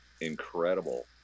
incredible